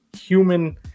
human